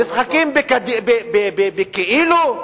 משחקים בכאילו?